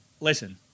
Listen